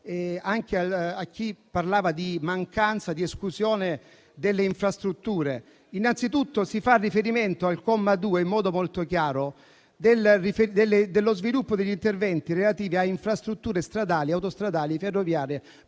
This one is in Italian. anche a chi parlava di mancanza di esclusione delle infrastrutture): innanzi tutto, al comma 2 dell'articolo 11, si fa riferimento in modo molto chiaro allo sviluppo degli interventi relativi a infrastrutture stradali, autostradali, ferroviarie,